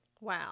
Wow